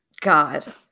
God